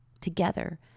together